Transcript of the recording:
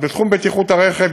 בתחום בטיחות הרכב,